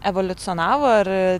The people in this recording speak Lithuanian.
evoliucionavo ar